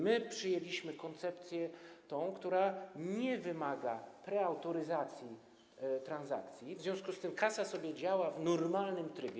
My przyjęliśmy koncepcję, która nie wymaga preautoryzacji transakcji, w związku z tym kasa sobie działa w normalnym trybie.